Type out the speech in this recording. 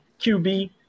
QB